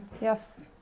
yes